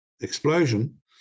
explosion